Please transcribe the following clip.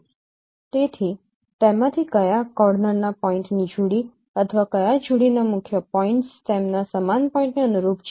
તેથી તેમાંથી કયા કોર્નરના પોઇન્ટની જોડી અથવા ક્યા જોડી ના મુખ્ય પોઇન્ટ્સ તેમના સમાન પોઇન્ટને અનુરૂપ છે